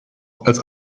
als